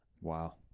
Wow